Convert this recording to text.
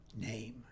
name